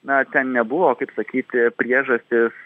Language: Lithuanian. na ten nebuvo kaip sakyti priežastys